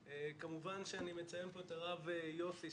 כמובן שאני מציין פה את הרב יוסי,